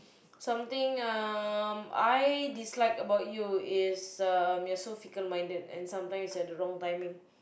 something um I dislike about you is um you're so fickle minded and sometimes at the wrong timing